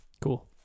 Cool